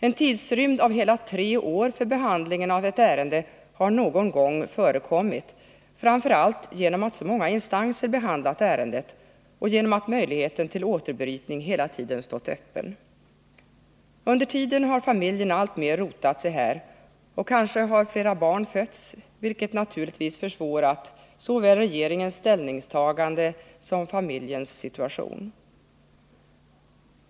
En tidrymd av hela tre år för behandling av ett ärende har någon gång förekommit, framför allt genom att så många instanser behandlat ärendet och genom att möjligheten till återbrytning hela tiden stått öppen. Under tiden har familjen alltmer rotat sig här, och kanske har flera barn fötts, vilket naturligtvis försvårat såväl regeringens ställningstagande som familjens situation.